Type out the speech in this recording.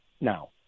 now